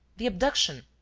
the abduction.